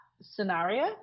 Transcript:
scenario